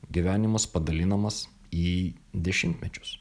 gyvenimas padalinamas į dešimtmečius